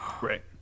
Great